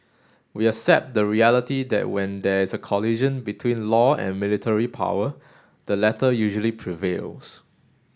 we accept the reality that when there is a collision between law and military power the latter usually prevails